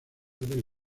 del